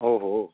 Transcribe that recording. ओ हो